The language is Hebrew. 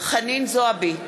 חנין זועבי,